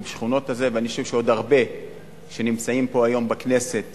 ואני חושב שעוד הרבה שנמצאים פה היום בכנסת